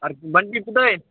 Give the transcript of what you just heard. अरे म्हण की कुठं आहे